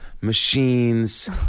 machines